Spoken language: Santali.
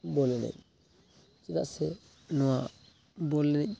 ᱵᱚᱞ ᱮᱱᱮᱡ ᱪᱮᱫᱟᱜ ᱥᱮ ᱱᱚᱣᱟ ᱵᱚᱞ ᱮᱱᱮᱡ